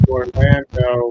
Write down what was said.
Orlando